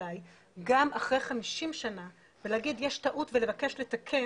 אליי גם אחרי 50 שנה ולהגיד שיש טעות ולבקש לתקן,